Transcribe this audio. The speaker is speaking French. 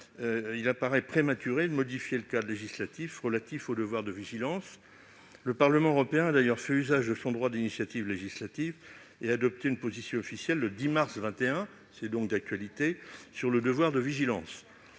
il paraît prématuré de modifier le cadre législatif relatif au devoir de vigilance. Le Parlement européen a d'ailleurs fait usage de son droit d'initiative législative et adopté une position officielle le 10 mars 2021- c'est donc d'actualité -sur le devoir de vigilance,